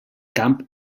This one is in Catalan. camp